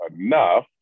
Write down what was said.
enough